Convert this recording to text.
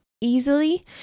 easily